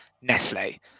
Nestle